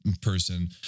person